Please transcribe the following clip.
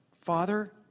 father